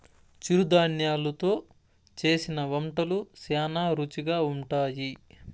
చిరుధాన్యలు తో చేసిన వంటలు శ్యానా రుచిగా ఉంటాయి